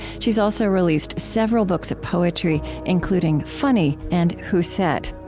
she has also released several books of poetry, including funny and who said.